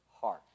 heart